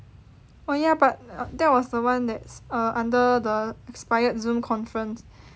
oh ya but that was the one that's uh under the expired Zoom conference